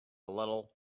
little